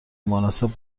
مناسب